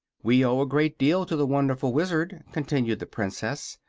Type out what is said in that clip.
we owe a great deal to the wonderful wizard, continued the princess,